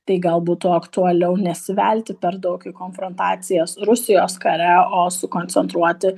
tai gal būtų aktualiau nesivelti per daug į konfrontacijas rusijos kare o sukoncentruoti